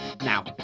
Now